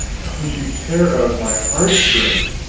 oh, you tear out my heartstrings.